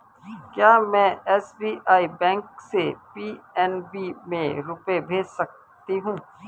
क्या में SBI bank से पी.एन.बी में रुपये भेज सकती हूँ?